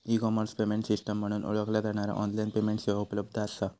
E commerce payment system म्हणून ओळखला जाणारा ऑनलाइन पेमेंट सेवा उपलब्ध असा